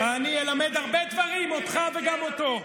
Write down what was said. אני אלמד הרבה דברים אותך וגם אותו.